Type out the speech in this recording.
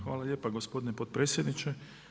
Hvala lijepa gospodine potpredsjedniče.